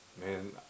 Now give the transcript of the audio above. man